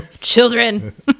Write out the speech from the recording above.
Children